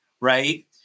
right